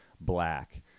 black